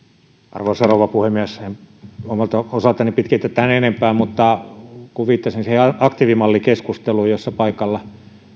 arvoisa rouva puhemies en omalta osaltani pitkitä tämän enempää mutta kun viittasin siihen aktiivimallikeskusteluun jossa paikalla